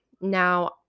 Now